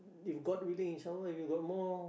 if god willing if some more if you got more